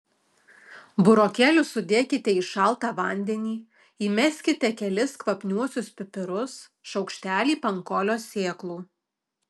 burokėlius sudėkite į šaltą vandenį įmeskite kelis kvapniuosius pipirus šaukštelį pankolio sėklų